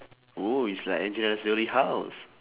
oh it's like angelina jolie house